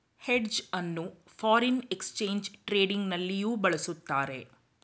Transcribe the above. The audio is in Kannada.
ಹೆಡ್ಜ್ ಅನ್ನು ಫಾರಿನ್ ಎಕ್ಸ್ಚೇಂಜ್ ಟ್ರೇಡಿಂಗ್ ನಲ್ಲಿಯೂ ಬಳಸುತ್ತಾರೆ